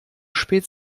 spät